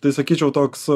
tai sakyčiau toks